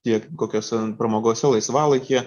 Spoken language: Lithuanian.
tiek kokiose pramogose laisvalaikyje